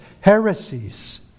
heresies